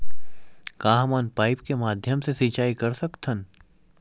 का हमन पाइप के माध्यम से सिंचाई कर सकथन?